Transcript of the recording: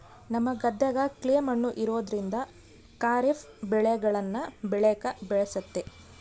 ನಮ್ಮ ಗದ್ದೆಗ ಕ್ಲೇ ಮಣ್ಣು ಇರೋದ್ರಿಂದ ಖಾರಿಫ್ ಬೆಳೆಗಳನ್ನ ಬೆಳೆಕ ಬೇಸತೆ